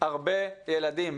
הרבה ילדים,